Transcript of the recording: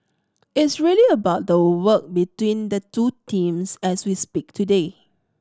it's really about the work between the two teams as we speak today